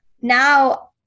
now